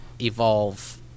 evolve